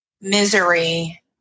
misery